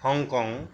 Hong Kong